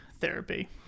therapy